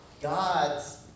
God's